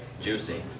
Juicy